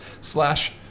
slash